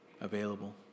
available